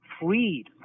freed